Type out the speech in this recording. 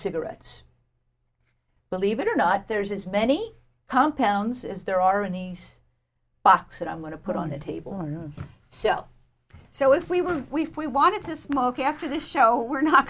cigarettes believe it or not there's as many compounds as there are a nice box that i'm going to put on the table so so if we were we've we want to smoke after this show we're not